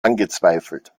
angezweifelt